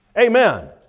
amen